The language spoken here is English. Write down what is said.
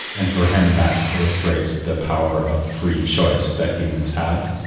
and for him that illustrates the power of free choice that humans have,